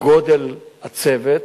גודל הצוות